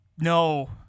no